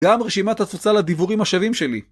גם רשימת התפוצה לדיבורים השווים שלי.